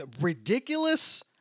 ridiculous